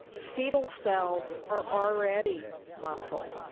fetal cells are already muscle,